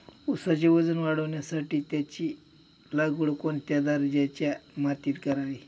ऊसाचे वजन वाढवण्यासाठी त्याची लागवड कोणत्या दर्जाच्या मातीत करावी?